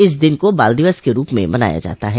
इस दिन को बाल दिवस के रूप में मनाया जाता है